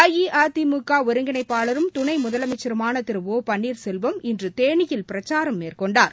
அஇஅதிமுக ஒருங்கிணைப்பாளரும் துணை முதலமைச்சருமான திரு ஒ பன்னீசெல்வம் இன்று தேனியில் பிரச்சாரம் மேற்கொண்டார்